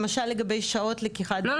למשל לגבי שעות לקיחת דמים --- לא,